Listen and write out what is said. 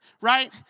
right